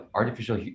artificial